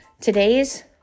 today's